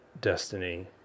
destiny